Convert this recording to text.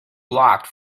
blocked